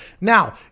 Now